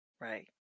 right